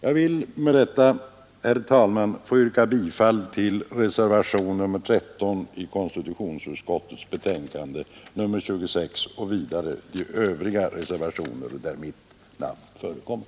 Jag ber med detta, herr talman, att få yrka bifall till reservationen 13 i konstitutionsutskottets betänkande nr 26 och vidare till övriga reservationer där mitt namn förekommer.